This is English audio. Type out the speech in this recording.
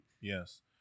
Yes